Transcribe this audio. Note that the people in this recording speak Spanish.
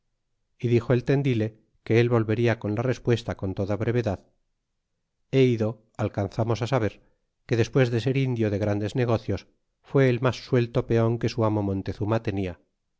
y dixo el tertdile que él volverl a con la respuesta con toda brevedad é ido alcanzamos saber que despues de ser indio de grandes negocios tiré el mas suelto peon que su amo montezuma tenia